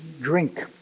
drink